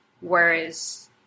whereas